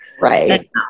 Right